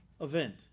event